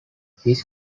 his